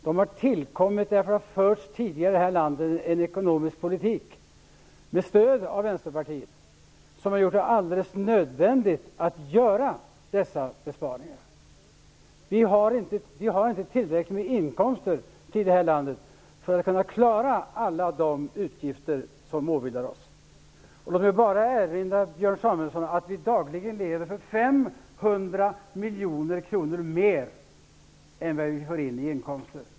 De har tillkommit därför att det tidigare i det här landet förts en ekonomisk politik, med stöd av Vänsterpartiet, som gjort det alldeles nödvändigt att nu göra dessa besparingar. Vi har inte tillräckligt med inkomster i det här landet för att klara alla de utgifter som åvilar oss. Låt mig erinra Björn Samuelson om att vi dagligen lever för 500 miljoner kronor mer än vad vi får in i inkomster.